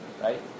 right